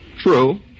True